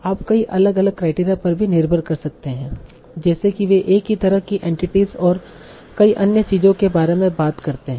आप कई अलग अलग क्राइटेरिया पर भी निर्भर कर सकते हैं जैसे कि वे एक ही तरह की एंटिटीस और कई अन्य चीजों के बारे में बात करते हैं